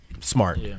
Smart